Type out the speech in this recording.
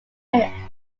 may